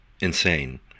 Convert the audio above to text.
insane